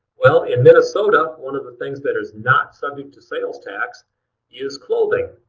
well in minnesota, one of the things that is not subject to sales tax is clothing.